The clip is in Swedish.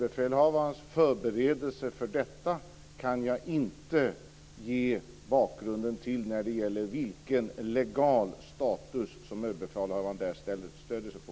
Jag kan inte ge bakgrunden till överbefälhavarens förberedelser för detta när det gäller vilken legal status överbefälhavaren där stöder sig på.